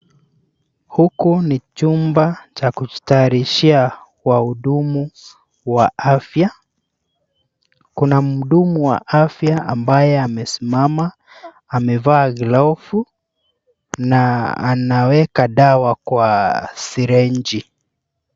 Huku ni chumba cha kujitayarishia wahudumu wa afya. Kuna mhudumu wa afya ambaye amesimama, amevaa glavu na anaweka dawa kwa sirinji.